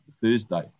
Thursday